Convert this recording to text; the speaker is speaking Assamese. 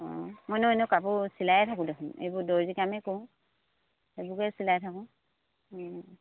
অঁ মইনো এনেয়ো কাপোৰ চিলায়ে থাকোঁ দেখোন এইবোৰ দৰ্জি কামেই কৰোঁ সেইবোৰকেই চিলাই থাকোঁ